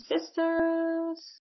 sister's